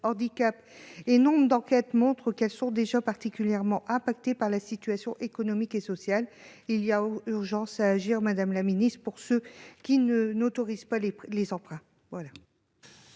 que nombre d'enquêtes montrent que celles-ci sont déjà particulièrement impactées par la situation économique et sociale. Il y a urgence à agir contre ceux qui n'autorisent pas les emprunts.